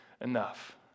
enough